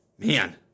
Man